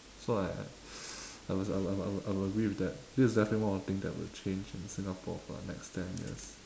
so I I I will agree with that this is definitely one of the thing that will change in singapore for the next ten years